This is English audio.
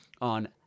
on